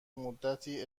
مدتی